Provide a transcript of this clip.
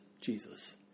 Jesus